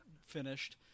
finished